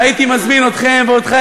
והייתי מזמין אתכם ואותך,